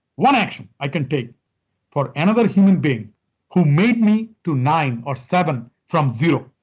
one action i can take for another human being who made me to nine or seven from zero,